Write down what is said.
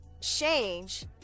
change